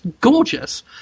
gorgeous